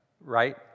right